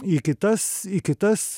į kitas į kitas